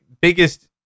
biggest